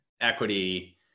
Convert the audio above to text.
equity